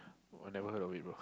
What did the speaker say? oh never heard of it before